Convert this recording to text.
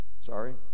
sorry